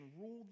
ruled